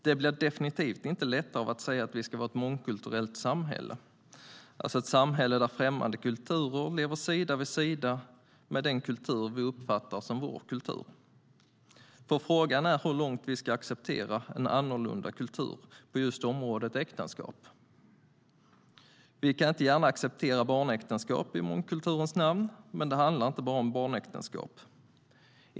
Det blir definitivt inte lättare av att säga att vi ska vara ett mångkulturellt samhälle, alltså ett samhälle där främmande kulturer lever sida vid sida med den kultur vi uppfattar som vår kultur. Frågan är ju hur långt vi ska acceptera en annorlunda kultur på just området äktenskap. Vi kan inte gärna acceptera barnäktenskap i mångkulturens namn, men det handlar inte bara om barnäktenskap.